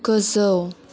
गोजौ